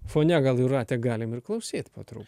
fone gal jūratę galim ir klausyt po trup